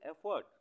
effort